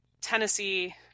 Tennessee